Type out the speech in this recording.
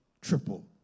triple